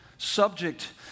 Subject